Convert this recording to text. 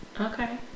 okay